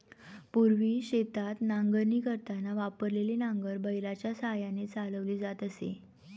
पूर्वी शेतात नांगरणी करताना वापरलेले नांगर बैलाच्या साहाय्याने चालवली जात असे